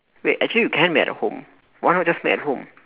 wait actually you can make at the home why not just make at the home